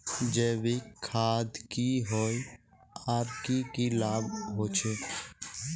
जैविक खाद की होय आर की की लाभ होचे?